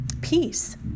peace